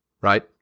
right